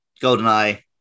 GoldenEye